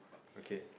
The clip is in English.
okay